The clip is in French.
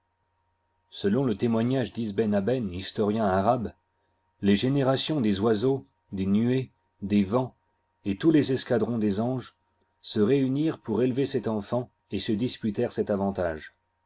selon le témoignage d'isben aben historien arabe les générations des oiseaux des nuées des vents et tous les escadrons des anges se réunirent pour élever cet enfant et se disputèrent cet avantage